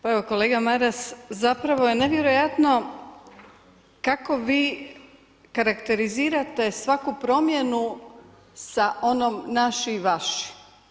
Pa evo kolega Maras, zapravo je nevjerojatno kako vi karakterizirate svaku primjenu sa onom naši i vaši.